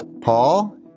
Paul